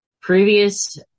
previous